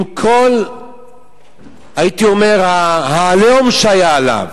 עם כל, הייתי אומר, ה"עליהום" שהיה עליו,